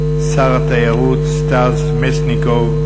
שר התיירות סטס מיסז'ניקוב,